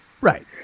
Right